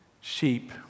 Sheep